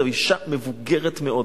זאת אשה מבוגרת מאוד,